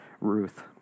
Ruth